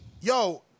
Yo